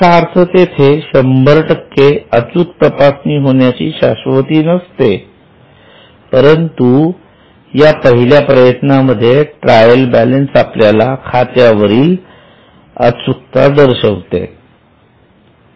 याचा अर्थ तेथे 100 अचूक तपासणी होण्याची शाश्वती नसते परंतु या पहिल्या प्रयत्नांमध्ये ट्रायल बॅलन्स आपल्याला खात्यावरील अचूकता दर्शवितात